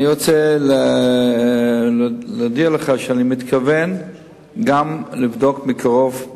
אני רוצה להודיע לך שאני מתכוון גם לבדוק מקרוב,